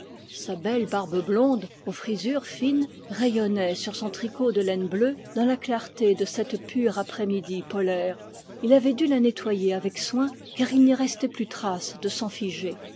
sa belle barbe blonde aux frisures fines rayonnait sur son tricot de laine bleue dans la clarté de cette pure après-midi polaire il avait dû la nettoyer avec soin car il n'y restait plus trace de sang figé